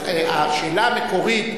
השאלה המקורית,